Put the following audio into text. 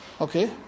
Okay